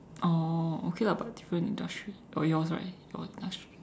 oh okay lah but different industry oh yours right your industry